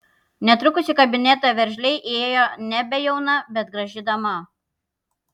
netrukus į kabinetą veržliai įėjo nebejauna bet graži dama